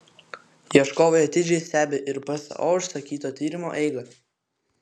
ieškovai atidžiai stebi ir pso užsakyto tyrimo eigą